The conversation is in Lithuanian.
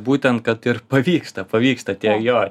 būtent kad ir pavyksta pavyksta tie jo